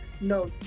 No